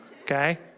Okay